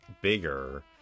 bigger